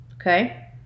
Okay